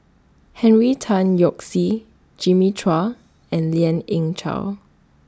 Henry Tan Yoke See Jimmy Chua and Lien Ying Chow